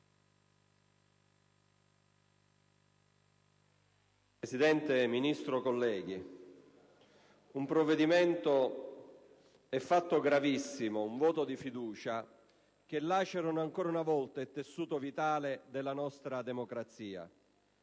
Presidente, signor Ministro, colleghi, un provvedimento e - fatto gravissimo - un voto di fiducia che lacerano ancora una volta il tessuto vitale della nostra democrazia.